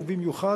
ובמיוחד,